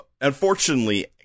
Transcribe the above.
unfortunately